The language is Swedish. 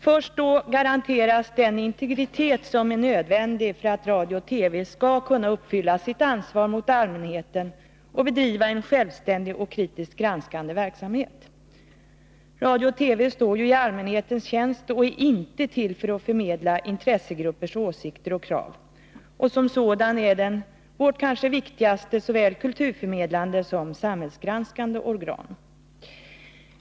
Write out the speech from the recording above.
Först då garanteras den integritet som är nödvändig för att radio och TV skall kunna uppfylla sitt ansvar mot allmänheten och bedriva en självständig och kritiskt granskande verksamhet. Radio och TV står ju i allmänhetens tjänst och är inte till för att förmedla intressegruppers åsikter och krav, och som sådana är de våra kanske viktigaste såväl kulturförmedlande som samhällsgranskande organ.